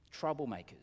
troublemakers